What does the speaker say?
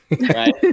Right